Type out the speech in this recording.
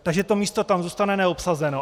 Takže to místo tam zůstane neobsazeno.